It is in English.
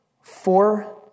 four